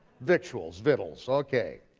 victuals, vittles, okay.